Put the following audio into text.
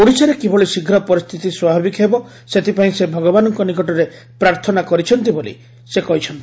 ଓଡ଼ିଶାରେ କିଭଳି ଶୀଘ୍ର ପରିସ୍ଥିତି ସ୍ୱାଭାବିକ ହେବ ସେଥିପାଇଁ ସେ ଭଗବାନଙ୍କ ନିକଟରେ ପ୍ରାର୍ଥନା କରିଛନ୍ତି ବୋଲି ଶ୍ରୀ ମୋଦୀ କହିଛନ୍ତି